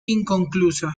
inconclusa